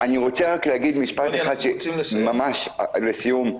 משפט לסיום,